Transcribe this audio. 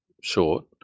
short